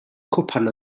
cwpan